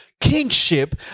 kingship